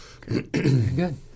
Good